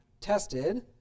tested